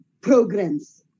programs